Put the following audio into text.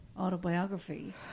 autobiography